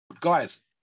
Guys